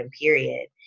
period